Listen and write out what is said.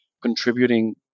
contributing